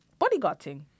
bodyguarding